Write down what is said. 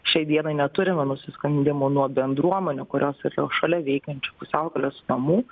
šiai dienai neturime nusiskundimų nuo bendruomenių kurios yra jau šalia veikiančių pusiaukelės namų